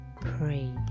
pray